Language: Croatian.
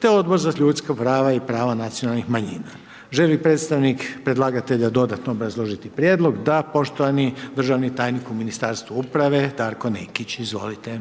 te Odbor za ljudska prava i prava nacionalnih manjina. Želi li predstavnik predlagatelja dodatno obrazložiti prijedlog? Da, poštovani državni tajnik u Ministarstvu uprave Darko Nekić, izvolite.